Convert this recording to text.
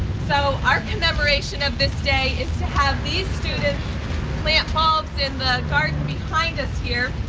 so our commemoration of this day is to have these students plant bulbs in the garden behind us here,